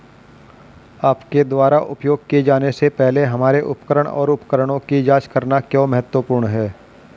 आपके द्वारा उपयोग किए जाने से पहले हमारे उपकरण और उपकरणों की जांच करना क्यों महत्वपूर्ण है?